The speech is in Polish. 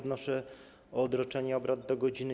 Wnoszę o odroczenie obrad do godz.